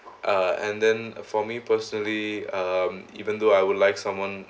uh and then uh for me personally um even though I would like someone